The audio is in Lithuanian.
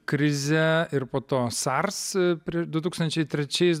krize ir po to sars prieš du tūkstančiai trečiais